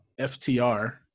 FTR